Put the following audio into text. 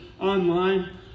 online